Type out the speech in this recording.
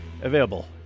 available